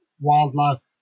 wildlife